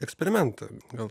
eksperimentą gal